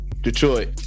Detroit